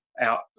out